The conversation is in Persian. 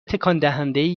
تکاندهندهای